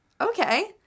Okay